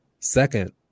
Second